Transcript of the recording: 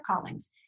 callings